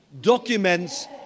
documents